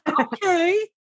Okay